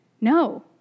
No